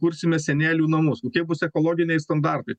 kursime senelių namus kokie bus ekologiniai standartai